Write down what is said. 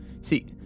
See